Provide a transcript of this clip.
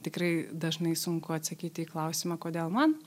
tikrai dažnai sunku atsakyti į klausimą kodėl man